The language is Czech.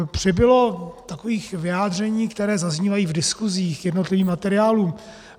Přibylo takových vyjádření, která zaznívají v diskuzích k jednotlivým materiálům.